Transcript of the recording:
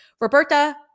Roberta